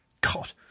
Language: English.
God